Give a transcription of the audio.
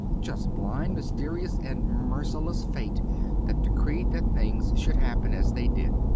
just blind, mysterious, and merciless fate that decreed that things should happen as they did.